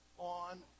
on